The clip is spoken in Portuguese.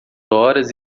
horas